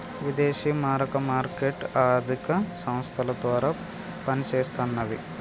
విదేశీ మారక మార్కెట్ ఆర్థిక సంస్థల ద్వారా పనిచేస్తన్నది